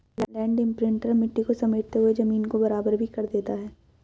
land imprinter मिट्टी को समेटते हुए जमीन को बराबर भी कर देता है